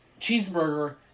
cheeseburger